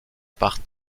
par